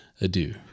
adieu